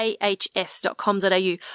ahs.com.au